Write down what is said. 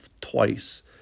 twice